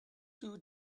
two